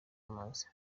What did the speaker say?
amazi